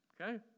Okay